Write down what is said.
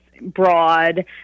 broad